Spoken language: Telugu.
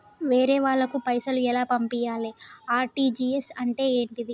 వేరే వాళ్ళకు పైసలు ఎలా పంపియ్యాలి? ఆర్.టి.జి.ఎస్ అంటే ఏంటిది?